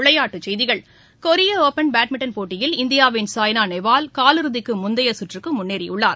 விளையாட்டுச் செய்திகள் Korea open badminton போட்டியில் இந்தியாவின் சாய்னா நேவால் காலிறுதிக்கு முந்தைய சுற்றுக்கு முன்னேறியுள்ளார்